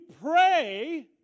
pray